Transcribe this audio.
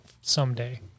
someday